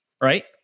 right